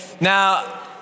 Now